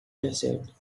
desert